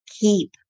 keep